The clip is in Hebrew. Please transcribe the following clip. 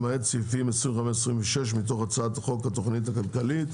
למעט סעיפים 26-25 מתוך הצעת חוק התכנית הכלכלית